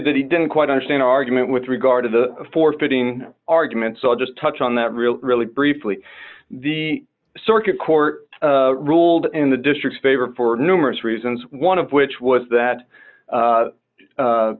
that he didn't quite understand argument with regard to the forfeiting argument so i'll just touch on that really really briefly the circuit court ruled in the district's favor for numerous reasons one of which was that